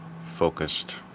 focused